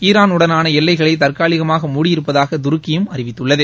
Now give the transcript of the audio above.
Iran உடனான எல்லைகளை தற்காலிகமாக மூடியிருப்பதாக துருக்கியும் அறிவித்துள்ளது